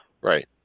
Right